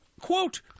quote